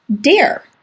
dare